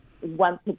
one